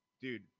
dude